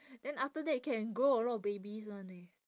then after that can grow a lot babies one leh